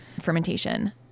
fermentation